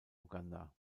uganda